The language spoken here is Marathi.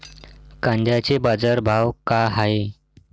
कांद्याचे बाजार भाव का हाये?